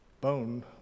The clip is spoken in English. Bone